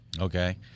Okay